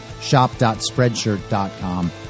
shop.spreadshirt.com